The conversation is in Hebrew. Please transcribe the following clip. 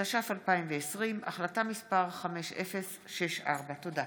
התש"ף-2020, החלטה מס' 5064. תודה.